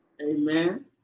Amen